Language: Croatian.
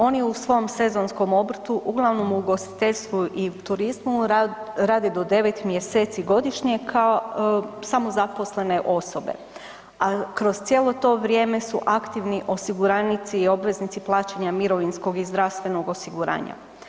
Oni u svom sezonskom obrtu uglavnom ugostiteljstvu i turizmu rade do 9 mj. kao samozaposlene osobe, a kroz cijelo to vrijeme su aktivni osiguranici i obveznici plaćanja mirovinskog i zdravstvenog osiguranja.